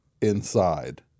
inside